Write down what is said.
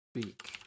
speak